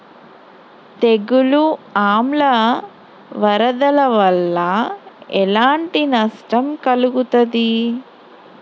తెగులు ఆమ్ల వరదల వల్ల ఎలాంటి నష్టం కలుగుతది?